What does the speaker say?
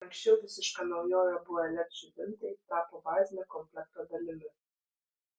anksčiau visiška naujove buvę led žibintai tapo bazinio komplekto dalimi